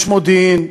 יש מודיעין,